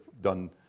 done